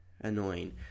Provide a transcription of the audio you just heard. annoying